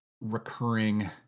recurring